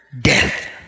death